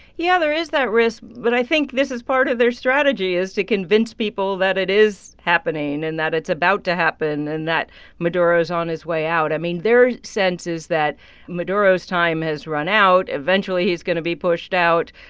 yeah, there is that risk. but i think this is part of their strategy, is to convince people that it is happening and that it's about to happen and that maduro is on his way out. i mean, their sense is that maduro's time has run out. eventually, he's going to be pushed out.